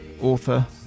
author